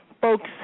Folks